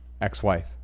ex-wife